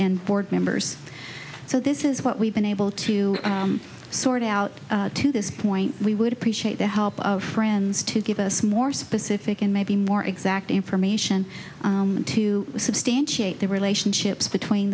and board members so this is what we've been able to sort out to this point we would appreciate the help of friends to give us more specific and maybe more exact information to substantiate the relationships between